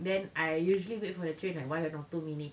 then I usually wait for the train like one or two minute